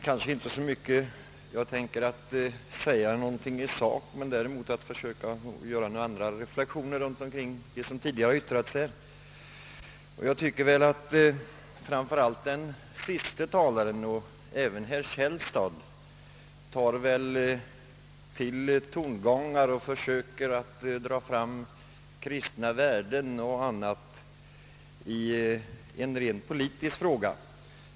Herr talman! Jag kommer kanske inte att säga så mycket i sak men kommer däremot att göra några reflexioner om vad som har yttrats. Jag tycker att den senaste talaren, liksom herr Källstad, alltför mycket försöker framhålla kristna värden och annat trots att det gäller en rent politisk fråga.